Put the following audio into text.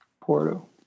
Porto